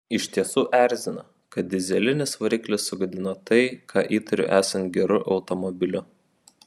iš tiesų erzina kad dyzelinis variklis sugadino tai ką įtariu esant geru automobiliu